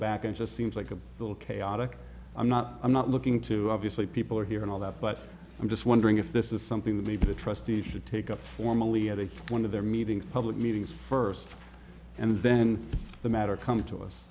back and just seems like a little chaotic i'm not i'm not looking to obviously people are here and all that but i'm just wondering if this is something that maybe the trustees should take up formally at a one of their meeting public meetings first and then the matter come to us